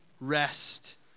rest